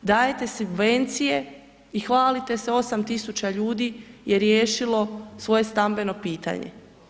Dajete subvencije i hvalite se, 8 tisuća ljudi je riješilo svoje stambeno pitanje.